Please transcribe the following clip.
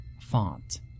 font